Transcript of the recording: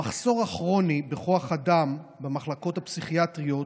המחסור הכרוני בכוח אדם במחלקות הפסיכיאטריות